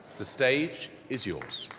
the stage is yours